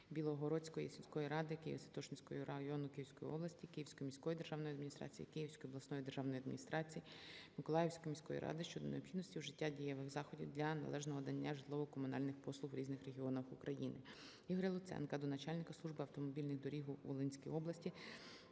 Білогородської сільської ради Києво-Святошинського району Київської області, Київської міської державної адміністрації, Київської обласної державної адміністрації, Миколаївської міської ради щодо необхідності вжиття дієвих заходів для належного надання житлово-комунальних послуг в різних регіонах України. Ігоря Луценка до начальника Служби автомобільних доріг у Волинській області,